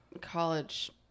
college